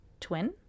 twin